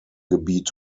gebiet